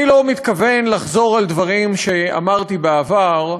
אני לא מתכוון לחזור על דברים שאמרתי בעבר,